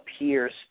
appears